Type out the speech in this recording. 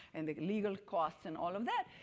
and the legal costs, and all of that.